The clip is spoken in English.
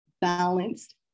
balanced